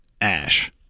ash